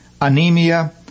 anemia